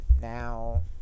now